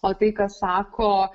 o tai ką sako